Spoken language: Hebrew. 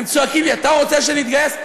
הם צועקים לי: אתה רוצה שנתגייס?